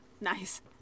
Nice